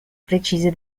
precise